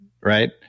right